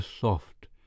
soft